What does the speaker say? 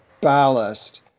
ballast